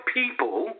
people